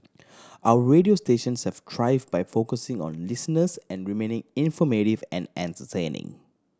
our radio stations have thrived by focusing on listeners and remaining informative and entertaining